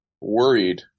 worried